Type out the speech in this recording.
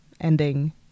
ending